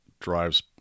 drives